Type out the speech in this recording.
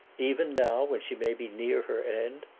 even now, when she may be near her end?